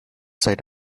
side